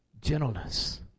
gentleness